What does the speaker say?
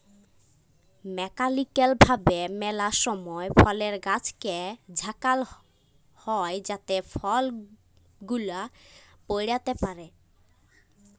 mechanical ভাবে ম্যালা সময় ফলের গাছকে ঝাঁকাল হই যাতে ফল গুলা পইড়তে পারে